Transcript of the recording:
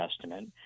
Testament